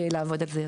ולעבוד על זה.